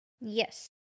Yes